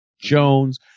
Jones